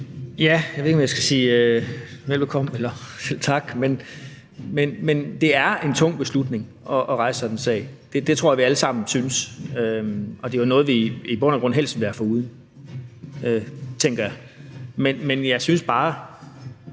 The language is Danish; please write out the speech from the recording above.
Jeg ved ikke, om jeg skal sige velbekomme eller selv tak. Men det er en tung beslutning at rejse sådan en sag. Det tror jeg vi alle sammen synes, og det er jo noget, vi i bund og grund helst ville være foruden, tænker jeg. Men vi kiggede